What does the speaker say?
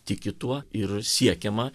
tiki tuo ir siekiama